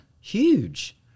huge